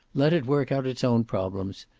let it work out its own problems.